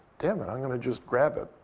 dammit. i'm going to just grab it.